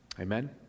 Amen